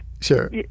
Sure